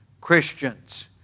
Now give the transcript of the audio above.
Christians